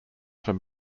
from